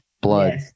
blood